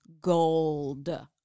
gold